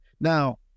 Now